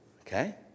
Okay